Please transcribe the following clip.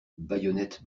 baïonnettes